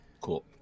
cool